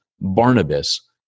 Barnabas